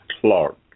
Clark